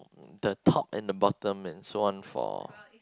the top and the bottom and so on for